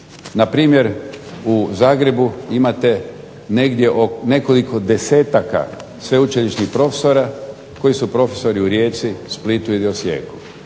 Na primjer u Zagrebu imate nekoliko 10-taka sveučilišnih profesora koji su profesori u Rijeci, Splitu ili Osijeku.